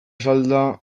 salda